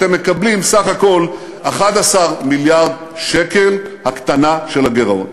אתם מקבלים סך הכול 11 מיליארד שקלים הקטנה של הגירעון.